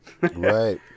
Right